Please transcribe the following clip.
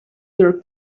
your